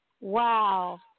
Wow